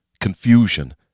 confusion